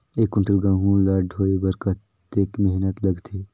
एक कुंटल गहूं ला ढोए बर कतेक मेहनत लगथे?